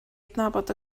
adnabod